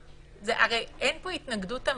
הרי אין פה התנגדות אמיתית,